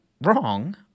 wrong